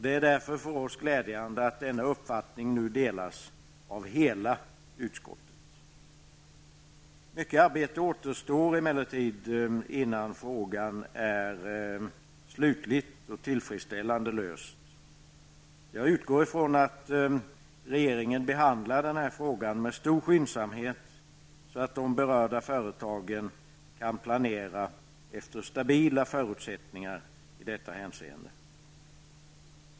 Det är därför för oss glädjande att denna uppfattning nu delas av hela utskottet. Mycket arbete återstår emellertid, innan frågan är slutligt och tillfredsställande löst. Jag utgår ifrån att regeringen behandlar frågan med stor skyndsamhet, så att de berörda företagen kan planera efter stabila förutsättningar i detta hänseende.